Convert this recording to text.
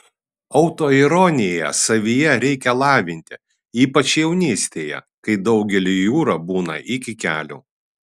autoironiją savyje reikia lavinti ypač jaunystėje kai daugeliui jūra būna iki kelių